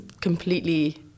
completely